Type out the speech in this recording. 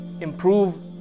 improve